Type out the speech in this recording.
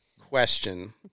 question